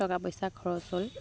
টকা পইচা খৰচ হ'ল